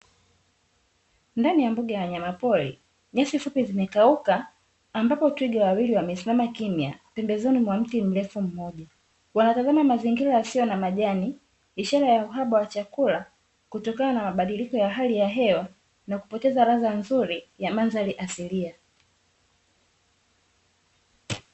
Ndani ya mbuga ya wanyamapori nyasi fupi zimekauka ambapo twiga wawili wamesimama kimya pembezoni mwa mti mrefu mmoja. Wanatazama mazingira yasiyo na majani ishara ya uhaba wa chakula kutokana na mabadiliko ya hali ya hewa na kupoteza ladha nzuri ya mandhari asilia.